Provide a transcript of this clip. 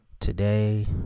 today